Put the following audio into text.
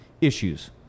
issues